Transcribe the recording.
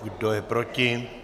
Kdo je proti?